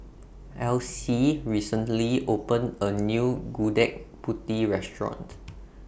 Alcee recently opened A New Gudeg Putih Restaurant